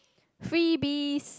freebies